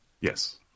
Yes